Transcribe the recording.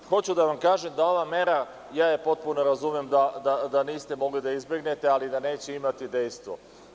Hoću da vam kažem da ova mera, ja potpuno razumem da niste mogli da je izbegnete, ali da neće imati dejstvo.